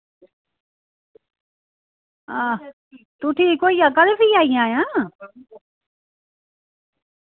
हां तूं ठीक होई जाह्गा ते फ्ही आई जायां